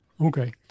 Okay